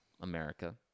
America